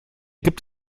gibt